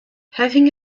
having